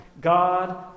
God